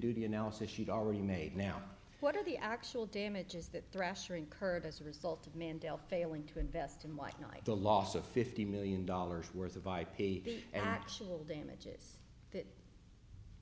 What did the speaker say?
duty analysis she'd already made now what are the actual damages that thrasher incurred as a result of mandela failing to invest in one night the loss of fifty million dollars worth of ip the actual damages that